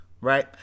right